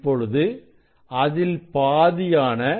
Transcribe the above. இப்பொழுது அதில் பாதியான 0